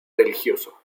religioso